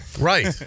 right